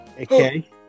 Okay